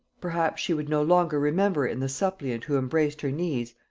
perhaps she would no longer remember in the suppliant who embraced her knees,